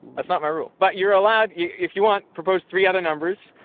that's not my rule. but you're allowed, if you want, propose three other numbers.